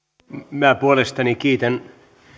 minä puolestani kiitän